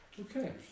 Okay